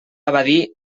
evadir